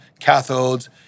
cathodes